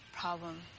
problem